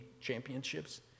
championships